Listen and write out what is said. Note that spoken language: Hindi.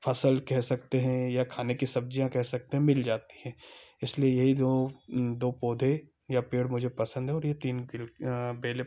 फसल कह सकते हैं या खाने की सब्जियाँ कह सकते हैं मिल जाती हैं इसलिए यही जो दो पौधे या पेड़ मुझे पसंद हैं और ये तीन गिल बेलें